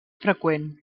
freqüent